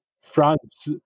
France